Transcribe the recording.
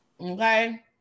Okay